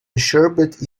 sherbet